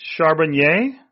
Charbonnier